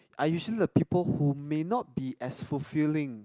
are usually the people who may not be as fulfilling